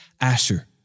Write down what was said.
Asher